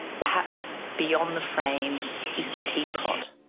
perhaps beyond the frame is the teapot.